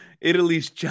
Italy's